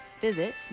visit